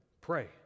Pray